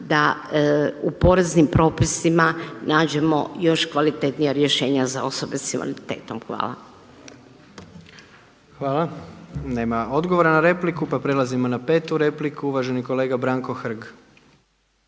da u poreznim propisima nađemo još kvalitetnija rješenja za osobe sa invaliditetom. Hvala. **Jandroković, Gordan (HDZ)** Hvala. Nema odgovora na repliku, pa prelazimo na petu repliku. Uvaženi kolega Branko Hrg.